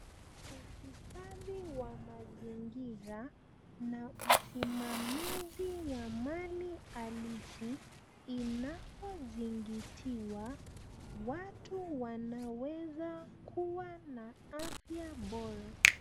Uhifadhi wa mazingira na usimamizi ya mali halisi inapozingatiwa watu wanaweza kuwa na afya bora.